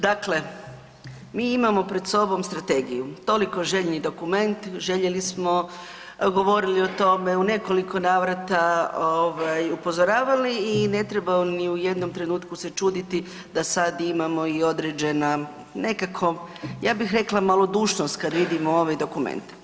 Dakle, mi imamo pred sobom Strategiju toliko željni dokument željeli smo, govorili smo o tome, u nekoliko navrata upozoravali i ne treba ni u jednom trenutku se čuditi da sada imamo i određena nekako ja bih rekla malodušnost kada vidim ove dokumente.